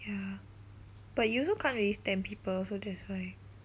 ya but you also can't really stand people so that's why